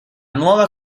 nuova